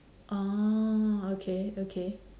orh okay okay